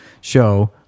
show